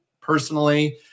personally